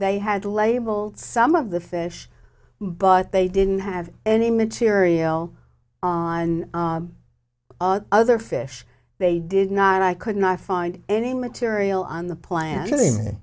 they had labeled some of the fish but they didn't have any material on other fish they did not and i could not find any material on the plan